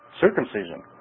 circumcision